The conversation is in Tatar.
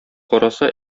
караса